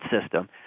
system